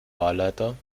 wahlleiter